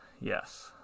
Yes